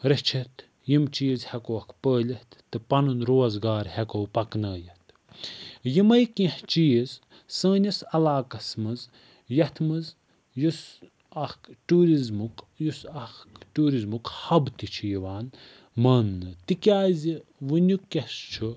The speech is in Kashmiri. رٔچھِتھ یِم چیٖز ہٮ۪کوکھ پٲلِتھ تہٕ پَنُن روزگار ہٮ۪کَو پَکناوِتھ یِمَے کیٚنٛہہ چیٖز سٲنِس علاقس منٛز یَتھ منٛز یُس اکھ ٹیٛوٗرِزمُک یُس اکھ ٹیٛوٗرِزمُک ہَب تہِ چھُ یِوان ماننہٕ تِکیٛازِ ؤنکٮ۪س چھُ